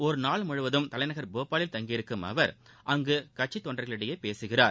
ஒருநாள் முழுவதும் தலைநகர் போபாலில் தங்கியிருக்கும் அவர் அங்கு கட்சி ஊழியர்களிடையே பேசுகிறார்